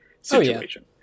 situation